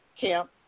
camp